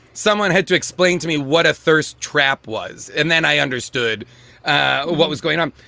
someone had to explain to me what a thirst trap was. and then i understood ah what was going on.